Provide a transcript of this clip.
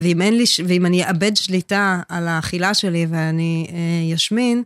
ואם אין לי... ואם אני אאבד שליטה על האכילה שלי ואני ישמין...